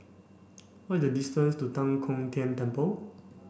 what is the distance to Tan Kong Tian Temple